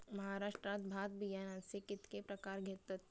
महाराष्ट्रात भात बियाण्याचे कीतके प्रकार घेतत?